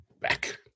Back